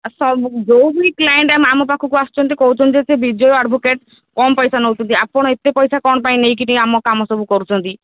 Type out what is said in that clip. ସବୁ ଯେଉଁ ବି କ୍ଲାଏଣ୍ଟ ଆମ ଆମ ପାଖକୁ ଆସୁଛନ୍ତି କହୁଛନ୍ତି ଯେ ସେ ବିଜୟ ଆଡ଼ଭୋକେଟ୍ କମ ପଇସା ନେଉଛନ୍ତି ଆପଣ ଏତେ ପଇସା କ'ଣ ପାଇଁ ନେଇ କିରି ଆମ କାମ ସବୁ କରୁଛନ୍ତି